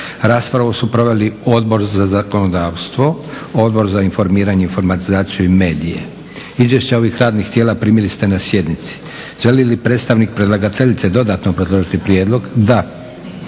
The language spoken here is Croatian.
Raspravu su proveli Odbor za zakonodavstvo, Odbor za informiranje, informatizaciju i medije. Izvješća ovih radnih tijela primili ste na sjednici. Želi li predstavnik predlagateljice dodatno obrazložiti prijedlog? Da.